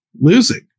losing